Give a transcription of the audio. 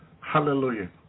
Hallelujah